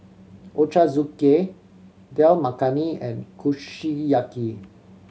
Ochazuke Dal Makhani and Kushiyaki